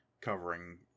covering